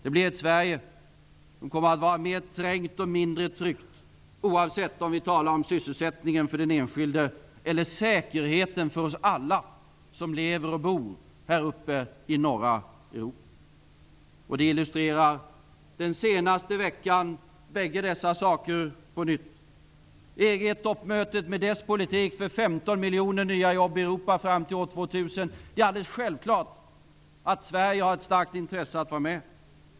Det blir ett Sverige som kommer att vara mer trängt och mindre tryggt, oavsett om vi talar om sysselsättningen för den enskilde eller säkerheten för oss alla som lever och bor här uppe i norra Europa. Båda dessa saker illustrerades på nytt under den senaste veckan: -- EG-toppmötet med dess politik för 15 miljoner nya jobb i Europa fram till år 2000 -- det är alldeles självklart att Sverige har ett starkt intresse av att vara med.